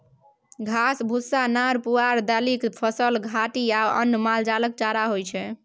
घास, भुस्सा, नार पुआर, दालिक फसल, घाठि आ अन्न मालजालक चारा होइ छै